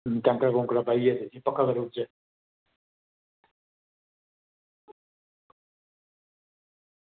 कैंकरा कुंकरा पाइयै बिच्च